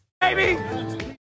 baby